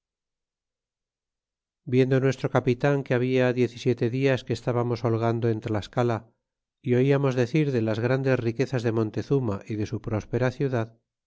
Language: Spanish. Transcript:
viendo nuestro capitan que habia diez y siete dias que estábamos holgando en tlascala y oiamos decir de las grandes riquezas de montezuma y su próspera ciudad